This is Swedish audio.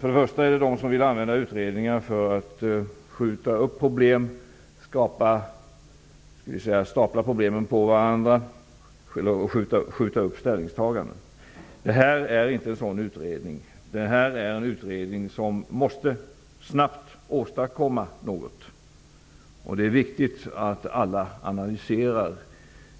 Det finns de som vill använda utredningar för att skjuta upp problemen, stapla dem på varandra och skjuta upp ställningstaganden. Detta är inte en sådan utredning utan en utredning som snabbt måste åstadkomma något. Det är viktigt att alla analyserar